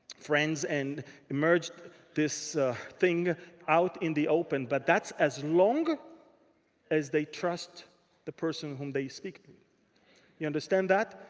friends and emerged this thing out in the open. but that's as long as they trust the person with whom they speak. do you understand that?